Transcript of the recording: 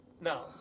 No